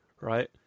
right